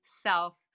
self